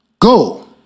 Go